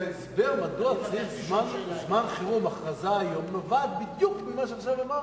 שההסבר מדוע צריך הכרזה על זמן חירום היום נובעת בדיוק ממה שעכשיו אמרת.